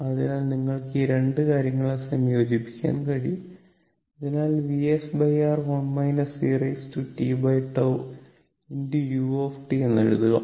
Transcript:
അതിനാൽ നിങ്ങൾക്ക് ഈ രണ്ട് കാര്യങ്ങളെ സംയോജിപ്പിക്കാൻ കഴിയും അതിൽ VsR 1 e tτ u എന്ന് എഴുതാം